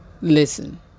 listen